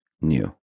new